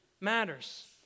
matters